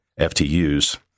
FTUs